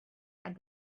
had